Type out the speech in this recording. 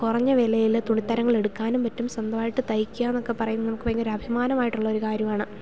കുറഞ്ഞ വിലയിൽ തുണിത്തരങ്ങൾ എടുക്കാനും പറ്റും സ്വന്തമായിട്ട് തയ്ക്കുക ഒക്കെ പറയുന്നത് നമുക്ക് ഭയങ്കര അഭിമാനമായിട്ടുള്ള ഒരു കാര്യമാണ്